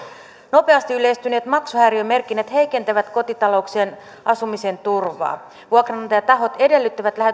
nopeasti yleistyneet maksuhäiriömerkinnät heikentävät kotitalouksien asumisen turvaa vuokranantajatahot edellyttävät